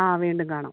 ആ വീണ്ടും കാണാം